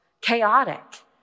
Chaotic